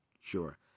Sure